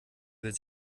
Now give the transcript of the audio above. will